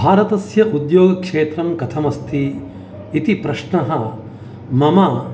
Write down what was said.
भारतस्य उद्योगक्षेत्रं कथमस्ति इति प्रश्नः मम